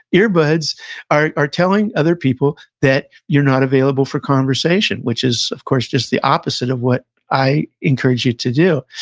earbuds are are telling other people that you're not available for conversation, which is, of course, just the opposite of what i encourage you to do.